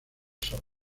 sol